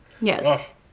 Yes